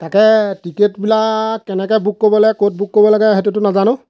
তাকে টিকেটবিলাক কেনেকৈ বুক কৰিব লাগে ক'ত বুক কৰিব লাগে সেইটোতো নাজানো